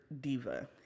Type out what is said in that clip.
diva